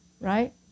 Right